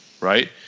right